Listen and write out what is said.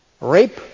Rape